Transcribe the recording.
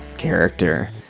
character